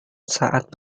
saat